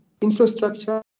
infrastructure